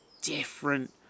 different